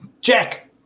jack